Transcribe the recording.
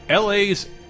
LA's